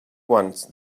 once